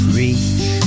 reach